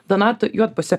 donatui juodpusiu